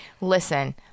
Listen